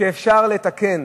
אפשר לתקן